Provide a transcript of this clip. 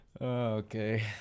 Okay